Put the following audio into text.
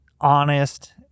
honest